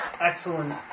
excellent